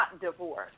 divorced